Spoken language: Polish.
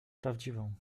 prawdziwą